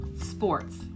sports